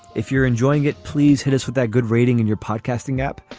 if you're enjoying it, please hit us with that good rating in your podcasting app.